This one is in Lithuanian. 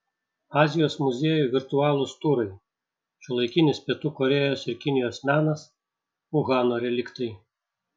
azijos muziejų virtualūs turai šiuolaikinis pietų korėjos ir kinijos menas uhano reliktai